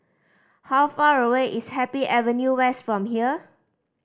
how far away is Happy Avenue West from here